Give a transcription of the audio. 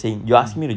mm